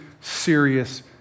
serious